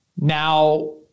Now